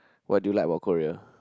what do you like about Korea